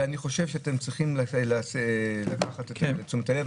ואני חושב שאתם צריכים לקחת את זה לתשומת הלב.